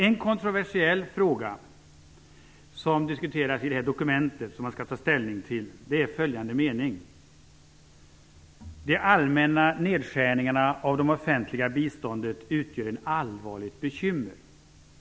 En kontroversiell fråga som diskuteras är om man i det dokument som skall antas skall ha med följande mening: "De allmänna nedskärningarna av det offentliga biståndet utgör ett allvarligt bekymmer."